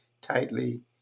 tightly